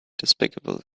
despicable